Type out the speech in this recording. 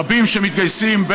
רבים מתגייסים,